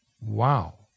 Wow